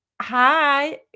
hi